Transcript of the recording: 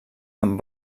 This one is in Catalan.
amb